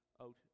out